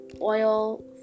oil